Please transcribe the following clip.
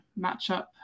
matchup